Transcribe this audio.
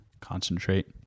concentrate